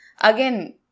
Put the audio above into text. Again